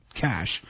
cash